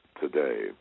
today